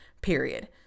period